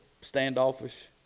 standoffish